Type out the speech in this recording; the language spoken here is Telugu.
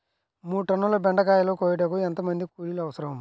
మూడు టన్నుల బెండకాయలు కోయుటకు ఎంత మంది కూలీలు అవసరం?